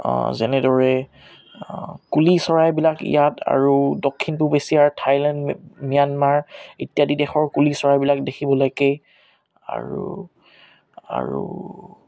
যেনেদৰে কুলি চৰাইবিলাক ইয়াত আৰু দক্ষিণ পূৱ এছিয়াৰ থাইলেণ্ড ম্যানমাৰ ইত্যাদি দেশৰ কুলি চৰাইবিলাক দেখিবলৈ একেই আৰু আৰু